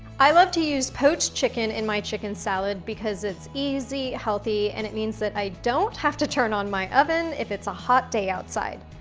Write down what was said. i love to use poached chicken in my chicken salad, because it's easy, healthy, and it means that i don't have to turn on my oven if it's a hot day outside.